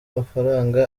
mafaranga